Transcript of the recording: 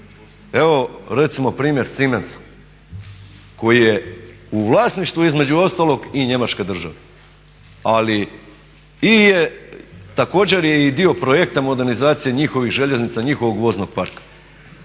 evo recimo primjer Siemensa koji je u vlasništvu između ostalog i njemački države ali također je i dio projekta modernizacije njihovih željeznica, njihovog voznog parka.